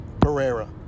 Pereira